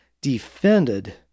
defended